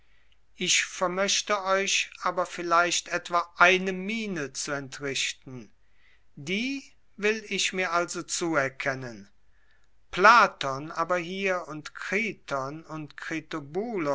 ich vermöchte euch aber vielleicht etwa eine mine zu entrichten die will ich mir also zuerkennen platon aber hier und kriton und